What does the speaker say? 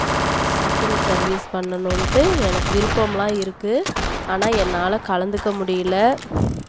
எனக்கு வந்து catering service பண்ணனும்ட்டு எனக்கு விருப்பமெலாம் இருக்குது ஆனால் என்னால் கலந்துக்க முடியல